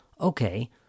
okay